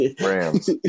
Rams